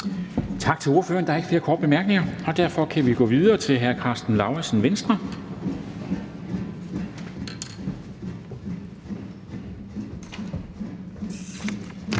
Tak til ordføreren. Der er ikke nogen korte bemærkninger, og derfor går vi videre til hr. Peter Seier